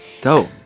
Dope